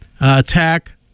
attack